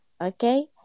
Okay